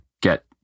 get